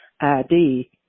ID